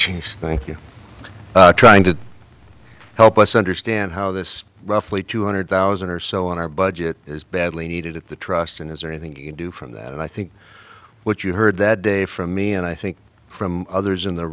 chinks thank you trying to help us understand how this roughly two hundred thousand or so on our budget is badly needed at the trust and is there anything you do from that and i think what you heard that day from me and i think from others in the